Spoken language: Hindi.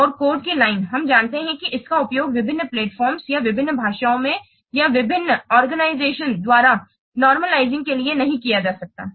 और कोड की लाइनें हम जानते हैं कि इसका उपयोग विभिन्न प्लेटफार्मों या विभिन्न भाषाओं में या विभिन्न संगठनों द्वारा नोर्मलिसिंग के लिए नहीं किया जा सकता है